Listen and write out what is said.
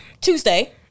Tuesday